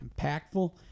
impactful